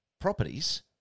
properties